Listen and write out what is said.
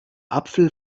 apfel